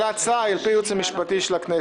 ההצעה לוועדה היא על פי הייעוץ המשפטי לכנסת.